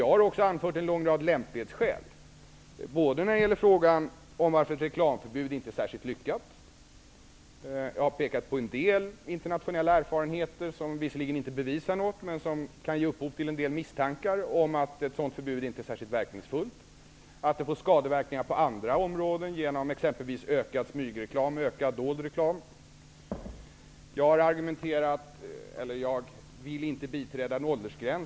Jag har också anfört en lång rad lämplighetsskäl, bl.a. frågan om varför ett reklamförbud inte är särskilt lyckat. Jag har pekat på en del internationella erfarenheter som visserligen inte bevisar något men som kan ge upphov till en del misstankar om att ett sådant förbud inte är särskilt verkningsfullt. Ett sådant förbud kan få skadeverkningar på andra områden, t.ex. genom en ökad mängd smygreklam och dold reklam. Jag vill inte biträda en åldersgräns.